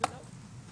לא.